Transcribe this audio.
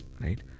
right